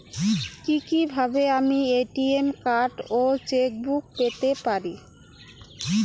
কি কিভাবে আমি এ.টি.এম কার্ড ও চেক বুক পেতে পারি?